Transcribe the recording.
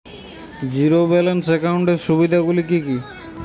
Zero balance একাউন্টের সুবিধা গুলি কি কি?